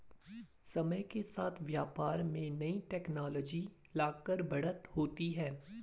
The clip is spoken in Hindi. समय के साथ व्यापार में नई टेक्नोलॉजी लाकर बढ़त होती है